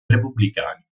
repubblicani